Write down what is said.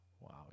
Wow